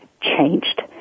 changed